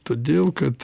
todėl kad